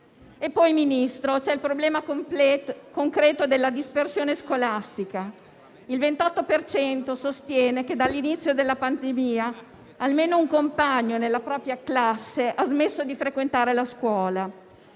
Ministro, c'è il problema concreto della dispersione scolastica. Il 28 per cento sostiene che, dall'inizio della pandemia, almeno un compagno nella propria classe ha smesso di frequentare la scuola.